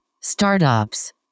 startups